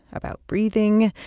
about breathing,